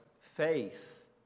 faith